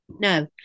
No